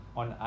on